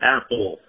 Apple